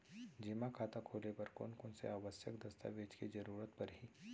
जेमा खाता खोले बर कोन कोन से आवश्यक दस्तावेज के जरूरत परही?